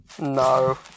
No